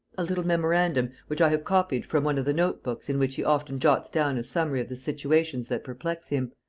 a little memorandum, which i have copied from one of the note-books in which he often jots down a summary of the situations that perplex him,